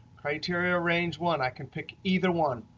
criteria range one i can pick either one.